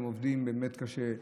הם עובדים באמת קשה,